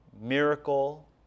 miracle